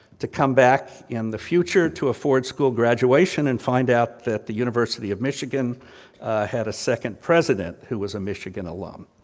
to come back in the future to a ford school graduation, and find out that the university of michigan had a second president, who was a michigan alumni.